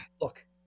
look